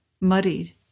muddied